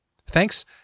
Thanks